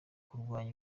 kurwanya